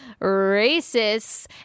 racists